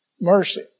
Mercy